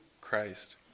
Christ